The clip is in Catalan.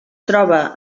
troba